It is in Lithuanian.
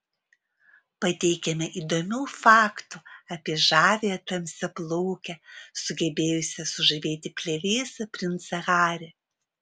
pateikiame įdomių faktų apie žaviąją tamsiaplaukę sugebėjusią sužavėti plevėsą princą harry